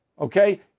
Okay